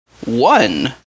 one